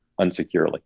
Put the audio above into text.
unsecurely